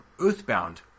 earthbound